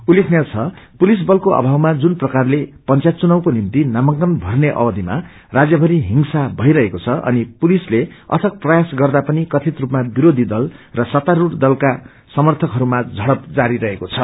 उल्लेखनीय छ कि पुलिस बलको अभावमा जुन प्रकारले पंचायत चुनावको निम्ति नामाकन भर्ने अवधि राज्यभरि हिँसा भइरहेको छ अनि पुलिसले अथक प्रयास गर्दा पनि कथित सपमा विरोधी दल सत्तास्क दलका समर्थकहरू माम्र भ्रइप जारी रहेको छ